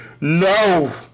No